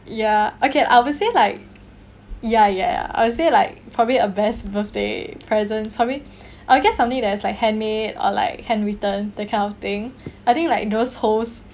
ya okay I will say like ya ya I would say like probably a best birthday present probably I will guess something that is like handmade or like handwritten that kind of thing I think like those holds